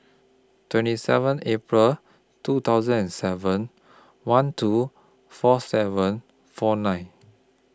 twenty seven April two thousand and seven one two four seven four nine